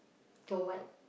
to